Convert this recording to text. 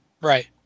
Right